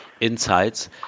insights